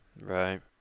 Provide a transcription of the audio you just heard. Right